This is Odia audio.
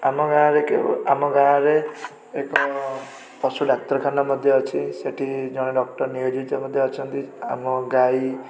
ଆମ ଗାଁରେ ଆମ ଗାଁରେ ଏକ ପଶୁ ଡାକ୍ତରଖାନା ମଧ୍ୟ ଅଛି ସେଇଠି ଜଣେ ଡକ୍ଟର ମଧ୍ୟ ନିଯୋଜିତ ଅଛି ଆମ ଗାଈ